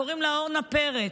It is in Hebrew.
קוראים לה אורנה פרץ.